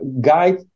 Guide